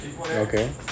Okay